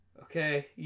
Okay